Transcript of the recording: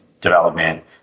development